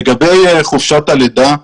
לגבי חופשת הלידה.